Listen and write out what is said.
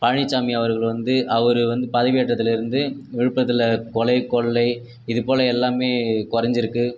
பழனிச்சாமி அவர்கள் வந்து அவரு வந்து பதவியேற்றதுலேருந்து விழுப்புரத்தில் கொலை கொள்ளை இதுபோல எல்லாமே கொறைஞ்சிருக்கு